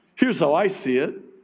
here's how i see it.